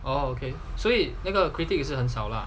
oh okay 所以那个 critic 也是很少 lah